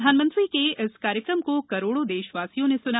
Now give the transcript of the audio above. प्रधानमंत्री के इस कार्यक्रम को करोड़ों देशवासियों ने सुना